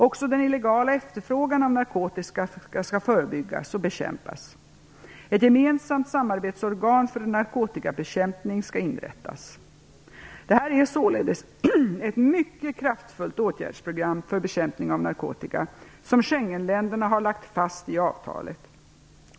Också den illegala efterfrågan på narkotika skall förebyggas och bekämpas. Ett gemensamt samarbetsorgan för narkotikabekämpning skall inrättas. Det är således ett mycket kraftfullt åtgärdsprogram för bekämpningen av narkotika som Schengenländerna har lagt fast i avtalet.